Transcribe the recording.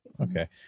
Okay